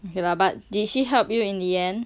but did she help you in the end